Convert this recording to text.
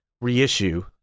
reissue